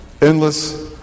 Endless